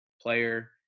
player